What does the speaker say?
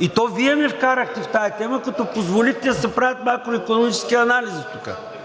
и то Вие ме вкарахте в тази тема, като позволихте да се правят макроикономически анализи тук.